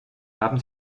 haben